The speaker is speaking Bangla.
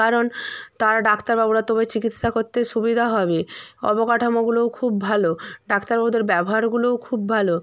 কারণ তারা ডাক্তারবাবুরা তবে চিকিৎসা করতে সুবিধা হবে অবকাঠামোগুলোও খুব ভালো ডাক্তারবাবুদের ব্যবহারগুলোও খুব ভালো